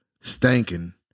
stinking